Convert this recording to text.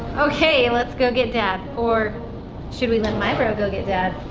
okay, let's go get dad. or should we let mibro go get dad?